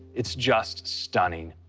it's just stunning.